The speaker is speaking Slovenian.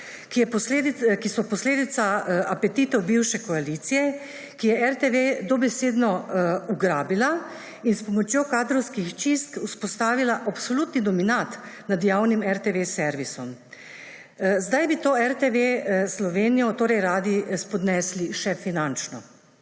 ki so posledica apetitov bivše koalicije, ki je RTV dobesedno ugrabila in s pomočjo kadrovskih čistk vzpostavila absolutni dominat nad javnim RTV servisom. Zdaj bi to RTV Slovenija torej radi spodnesli še finančno.